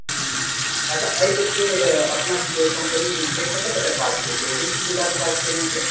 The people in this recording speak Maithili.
हूँ हूँ हूँ अच्छा एहि बेर के अपना सब के कम्पनी जे छै कतय कतय काज केलकै कोन कोन जिला मे काज कयने छै